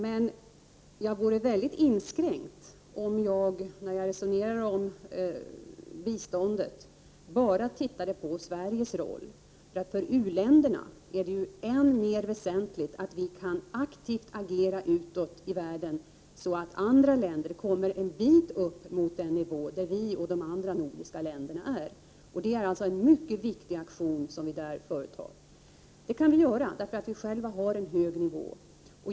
Men jag vore mycket inskränkt om jag, när jag resonerar om biståndet, bara tittade på Sveriges roll. För u-länderna är det än mer väsentligt att vi kan aktivt agera utåt i världen, så att andra länder kommer en bit upp mot den nivå där vi och de andra nordiska länderna är. Det är alltså en mycket viktig aktion som vi där företar. Det kan vi göra, eftersom vi själva har en hög nivå.